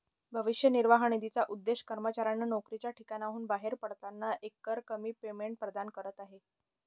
भविष्य निर्वाह निधीचा उद्देश कर्मचाऱ्यांना नोकरीच्या ठिकाणाहून बाहेर पडताना एकरकमी पेमेंट प्रदान करणे आहे